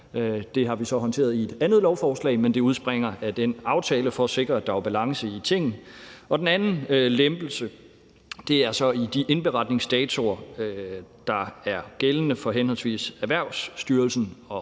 Det har vi så håndteret i et andet lovforslag, men det udspringer af den aftale for at sikre, at der var balance i tingene. Og den anden lempelse er så i de indberetningsdatoer, der er gældende for henholdsvis Erhvervsstyrelsen og